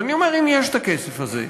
אני אומר, אם יש הכסף הזה,